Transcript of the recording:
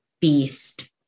beast